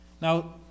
Now